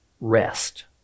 rest